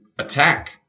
Attack